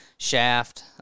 shaft